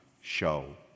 show